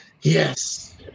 Yes